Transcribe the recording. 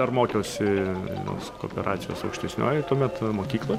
dar mokiausi vilniaus kooperacijos aukštesniojoj tuomet mokykloj